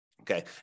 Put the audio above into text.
Okay